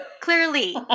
Clearly